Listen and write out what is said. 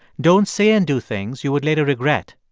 don't say and do things you would later regret.